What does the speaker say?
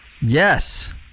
Yes